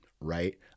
right